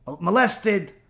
molested